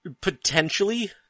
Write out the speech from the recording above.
potentially